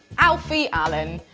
alfie allen.